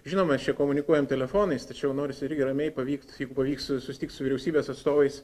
žinom mes čia komunikuojam telefonais tačiau norisi irgi ramiai pavykt jeigu pavyks susitikt su vyriausybės atstovais